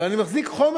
ואני מחזיק חומר